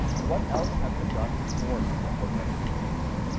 and what else has been done before to support refugees.